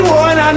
one